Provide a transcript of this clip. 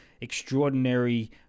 extraordinary